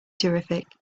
terrific